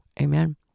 amen